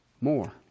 more